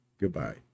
goodbye